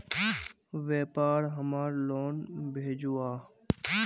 व्यापार हमार लोन भेजुआ?